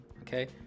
Okay